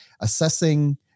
Assessing